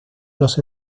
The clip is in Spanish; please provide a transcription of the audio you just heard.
los